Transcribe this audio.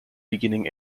beginning